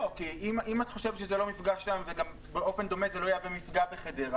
אם את חושבת שזה לא מפגע שם וגם באופן דומה זה לא יהווה מפגע בחדר,